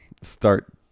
Start